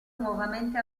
nuovamente